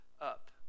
up